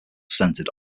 centered